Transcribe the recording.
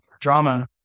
drama